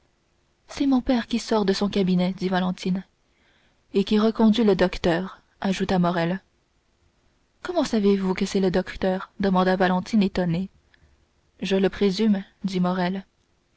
c'est mon père qui sort de son cabinet dit valentine et qui reconduit le docteur ajouta morrel comment savez-vous que c'est le docteur demanda valentine étonnée je le présume dit morrel